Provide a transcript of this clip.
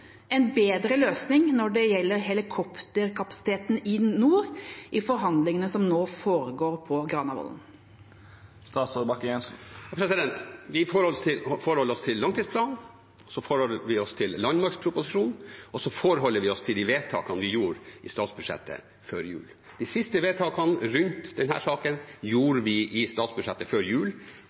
en bedre løsning når det gjelder helikopterkapasiteten i nord, i forhandlingene som nå foregår på Granavollen? Vi forholder oss til langtidsplanen, så forholder vi oss til landmaktproposisjonen, og så forholder vi oss til de vedtakene vi gjorde i statsbudsjettet før jul. De siste vedtakene i denne saken gjorde vi i statsbudsjettet før jul,